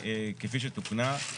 כפי שתוקנה,